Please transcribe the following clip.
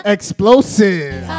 Explosive